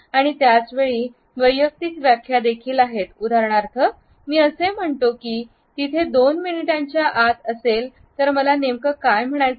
आणि त्याच वेळी वैयक्तिक व्याख्या देखील आहेत उदाहरणार्थ मी असे म्हणतो की मी तिथे 2 मिनिटांच्या आत असेल तर मला नेमकं काय म्हणायचं